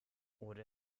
oder